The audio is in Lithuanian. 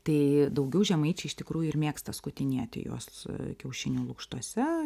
tai daugiau žemaičiai iš tikrųjų ir mėgsta skutinėti juos kiaušinių lukštuose